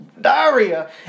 Diarrhea